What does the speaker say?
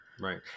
Right